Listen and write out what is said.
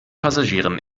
passagieren